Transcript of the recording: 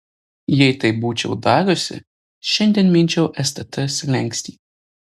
jei taip būčiau dariusi šiandien minčiau stt slenkstį